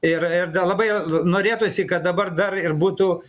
ir ir labai norėtųsi kad dabar dar ir būtų